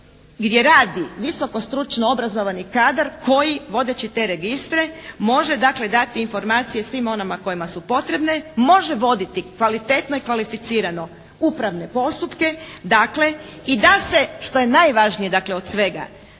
gdje radi visoko stručno obrazovani kadar koji vodeći te registre može dakle dati informacije svim onima kojima su potrebne, može voditi kvalitetno i kvalificirano upravne postupke, dakle i da se što je najvažnije dakle od svega